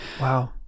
Wow